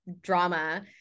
drama